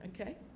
okay